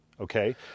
Okay